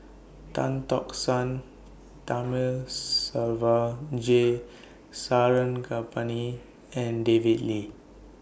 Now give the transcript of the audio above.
Tan Tock San Thamizhavel G Sarangapani and David Lee